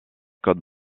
codes